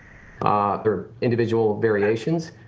ah individual variations,